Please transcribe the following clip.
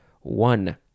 One